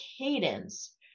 cadence